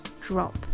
drop